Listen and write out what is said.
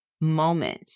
moment